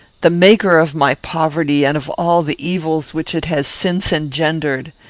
the maker of my poverty and of all the evils which it has since engendered!